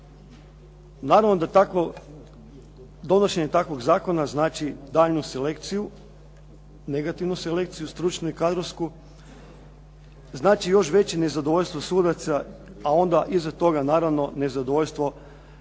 Naravno da donošenje takvog zakona znači daljnju selekciju, negativnu selekciju stručnu i kadrovsku, znači još veće nezadovoljstvo sudaca, a onda iza toga naravno nezadovoljstvo građana,